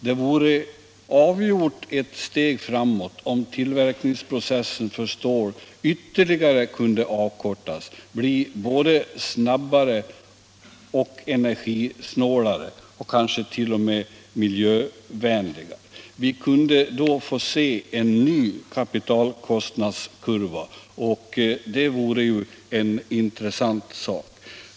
Det vore ett avgjort steg framåt om tillverkningsprocessen för stål ytterligare kunde avkortas och bli både snabbare, energisnålare och kanske t.o.m. miljövänligare. Vi kunde då få se en ny kapitalkostnadskurva, och det vore ju en intressant sak.